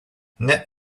net